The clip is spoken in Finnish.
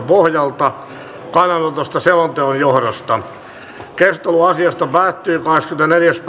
pohjalta kannanotosta selonteon johdosta keskustelu asiasta päättyi kahdeskymmenesneljäs